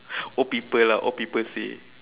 old people lah old people say